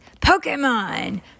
Pokemon